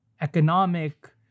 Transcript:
economic